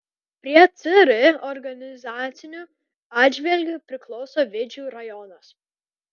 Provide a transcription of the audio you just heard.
prie cr organizaciniu atžvilgiu priklauso vidžių rajonas